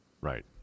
Right